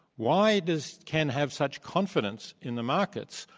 why does ken have such confidence in the market,